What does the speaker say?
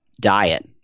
diet